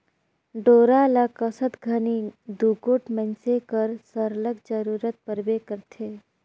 डोरा ल कसत घनी दूगोट मइनसे कर सरलग जरूरत परबे करथे